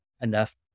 enough